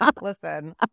Listen